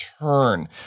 turn